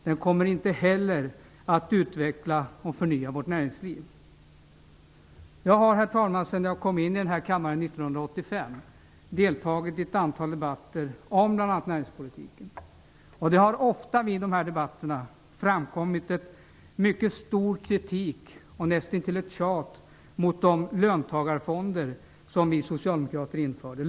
Den kommer inte heller att utveckla och förnya vårt näringsliv. Herr talman! Jag har sedan jag trädde in i denna kammare 1985 deltagit i ett antal debatter om näringspolitiken. Det har ofta vid dessa debatter framkommit mycket stor kritik och nästintill tjat mot de löntagarfonder som vi socialdemokrater lät införa.